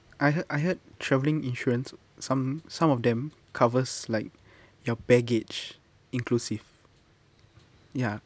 I heard I heard travelling insurance some some of them covers like your baggage inclusive ya